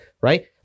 right